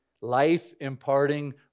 life-imparting